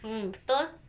mm betul